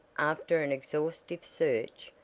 after an exhaustive search,